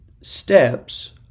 steps